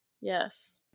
Yes